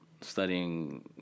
studying